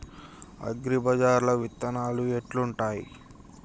అగ్రిబజార్ల విత్తనాలు ఎట్లుంటయ్?